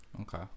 Okay